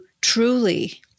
truly